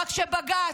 אלא שבג"ץ,